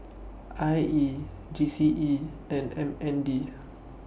I E G C E and M N D